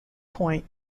point